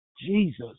Jesus